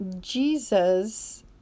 Jesus